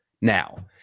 now